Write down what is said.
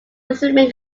islamic